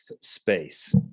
space